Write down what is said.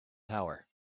power